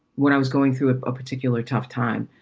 when i was going through a ah particular tough time,